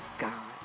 God